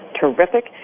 terrific